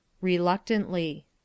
Reluctantly